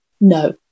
No